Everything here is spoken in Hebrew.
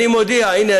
הינה,